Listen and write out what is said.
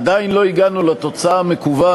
עדיין לא הצלחנו להגיע לתוצאה המקווה,